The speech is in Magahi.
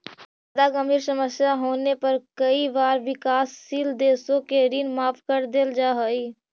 जादा गंभीर समस्या होने पर कई बार विकासशील देशों के ऋण माफ कर देल जा हई